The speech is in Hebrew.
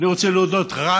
אני רוצה להודות רק